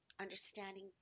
understanding